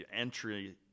entry